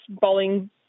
bowling